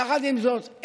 יחד עם זאת,